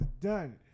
done